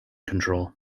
control